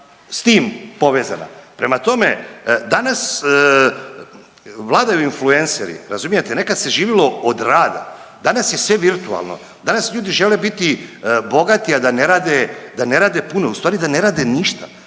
s tim povezana. Prema tome, danas vladaju influenceri razumijete, nekad se živilo od rada, danas je sve virtualno, danas ljudi žele biti bogati, a da ne rade puno, ustvari da ne rade ništa,